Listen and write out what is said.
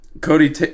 Cody